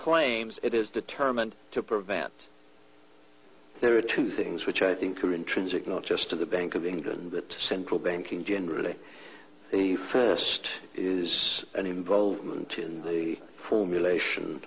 claims it is determined to prevent there are two things which i think are intrinsic not just to the bank of england central banking generally the first is an involvement in the formulation